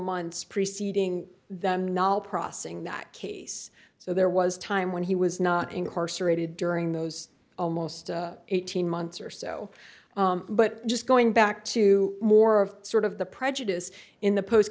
months preceding them knol processing that case so there was time when he was not incarcerated during those almost eighteen months or so but just going back to more of sort of the prejudice in the post